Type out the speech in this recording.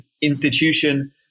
institution